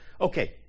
Okay